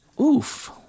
Oof